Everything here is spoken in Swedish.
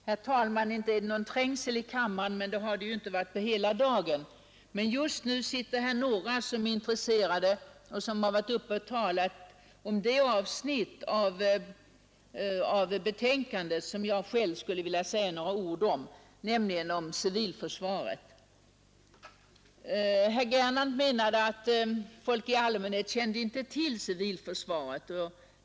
Herr talman! Inte är det någon trängsel i kammaren, men det har det ju inte varit på hela dagen. Just nu sitter här emellertid några som är intresserade och som har varit uppe och talat om det avsnitt av betänkandet som jag själv skulle vilja säga några ord om, nämligen civilförsvaret. Herr Gernandt menade, att folk i allmänhet inte kände till civilförsvaret.